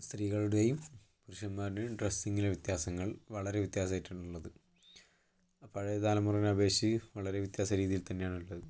സ്ത്രീകളുടെയും പുരുഷൻമാരുടെയും ഡ്രസിങ്ങിലെ വ്യത്യാസങ്ങൾ വളരെ വ്യത്യാസായിട്ടാണുള്ളത് പഴയ തലമുറയിനെ അപേക്ഷിച്ച് വളരെ വ്യത്യാസ രീതിയിൽ തന്നെയാണുള്ളത്